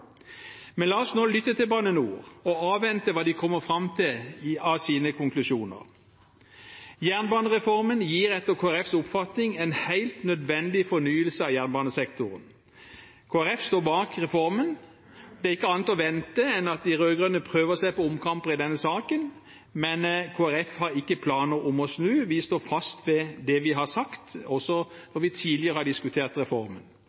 Men la oss nå lytte til Bane NOR og avvente hva de kommer fram til i sine konklusjoner. Jernbanereformen gir etter Kristelig Folkepartis oppfatning en helt nødvendig fornyelse av jernbanesektoren. Kristelig Folkeparti står bak reformen. Det er ikke annet å vente enn at de rød-grønne prøver seg på omkamper i denne saken, men Kristelig Folkeparti har ikke planer om å snu. Vi står fast ved det vi har sagt, også når vi tidligere har diskutert reformen.